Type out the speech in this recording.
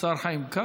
השר חיים כץ.